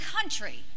country